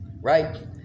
right